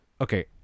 Okay